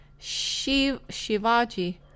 Shivaji